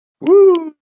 Woo